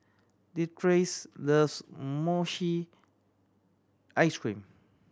Leatrice loves mochi ice cream